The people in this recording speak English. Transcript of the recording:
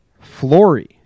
Flory